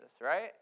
right